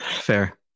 Fair